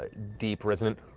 ah deep resonant